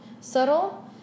Subtle